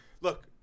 Look